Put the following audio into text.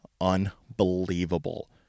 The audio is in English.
Unbelievable